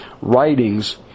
writings